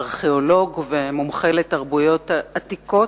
ארכיאולוג ומומחה לתרבויות עתיקות,